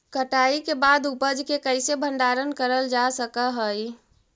कटाई के बाद उपज के कईसे भंडारण करल जा सक हई?